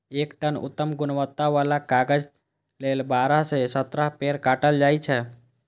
एक टन उत्तम गुणवत्ता बला कागज लेल बारह सं सत्रह पेड़ काटल जाइ छै